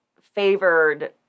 favored